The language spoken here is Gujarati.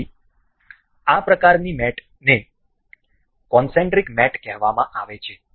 તેથી આ પ્રકારની મેટને કોનસેન્ટ્રિક મેટ કહેવામાં આવે છે